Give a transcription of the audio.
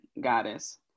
goddess